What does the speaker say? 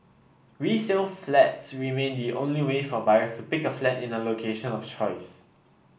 resale flats remain the only way for buyers to pick a flat in a location of choice